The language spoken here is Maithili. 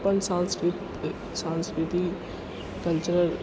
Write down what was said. अपन संस्कृति सांस्कृतिक कल्चरल